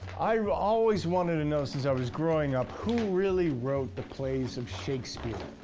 i've always wanted to know since i was growing up, who really wrote the plays of shakespeare?